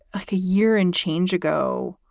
ah year and change ago,